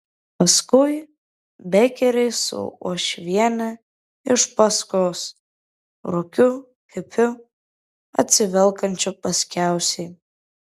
paskui bekeriai su uošviene iš paskos rokiu hipiu atsivelkančiu paskiausiai